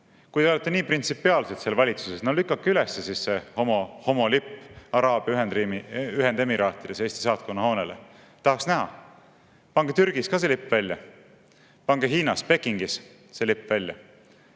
Kui te olete nii printsipiaalsed seal valitsuses, no lükake üles siis see homolipp Araabia Ühendemiraatides Eesti saatkonna hoonele. Tahaks näha. Pange Türgis ka see lipp välja, pange Hiinas Pekingis see lipp välja.